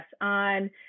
on